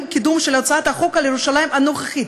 הקידום של הצעת החוק על ירושלים הנוכחית.